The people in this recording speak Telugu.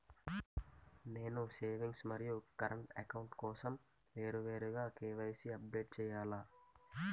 నేను సేవింగ్స్ మరియు కరెంట్ అకౌంట్ కోసం వేరువేరుగా కే.వై.సీ అప్డేట్ చేయాలా?